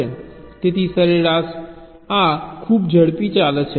તેથી સરેરાશ આ ખૂબ ઝડપથી ચાલે છે